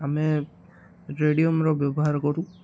ଆମେ ରେଡ଼ିୟମ୍ର ବ୍ୟବହାର କରୁ